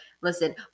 Listen